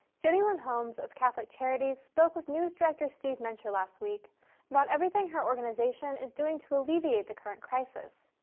jennielynn homes of catholic charities spoke with news director, steve mencher last week about everything her organization is doing to alleviate the current crisis.